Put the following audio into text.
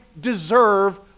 deserve